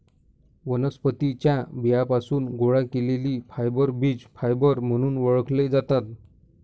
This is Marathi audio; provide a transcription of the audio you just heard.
वनस्पतीं च्या बियांपासून गोळा केलेले फायबर बीज फायबर म्हणून ओळखले जातात